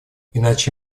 иначе